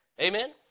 Amen